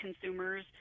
consumers